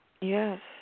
Yes